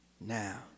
Now